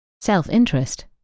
Self-interest